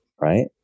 right